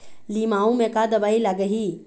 लिमाऊ मे का दवई लागिही?